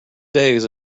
days